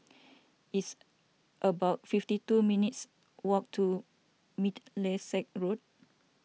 it's about fifty two minutes' walk to Middlesex Road